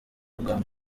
bwangu